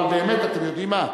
אבל באמת, אתם יודעים מה?